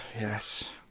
yes